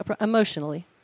Emotionally